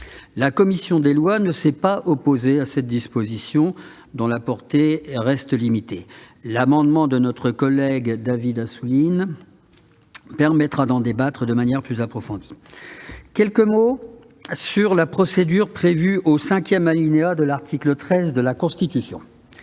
La commission des lois ne s'est pas opposée à cette disposition, dont la portée reste limitée. L'examen de l'amendement de notre collègue David Assouline permettra d'en débattre de manière plus approfondie. J'en viens à la procédure prévue au cinquième alinéa de l'article 13 de la Constitution.